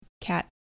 cat